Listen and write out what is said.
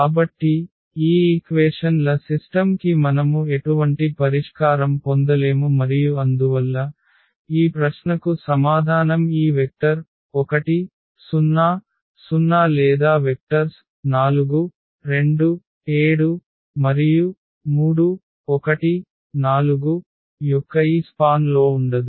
కాబట్టి ఈ ఈక్వేషన్ ల సిస్టమ్ కి మనము ఎటువంటి పరిష్కారం పొందలేము మరియు అందువల్ల ఈ ప్రశ్నకు సమాధానం ఈ వెక్టర్ 1 0 0 లేదా వెక్టర్స్ 4 2 7 మరియు 3 1 4 యొక్క ఈ స్పాన్ లో ఉండదు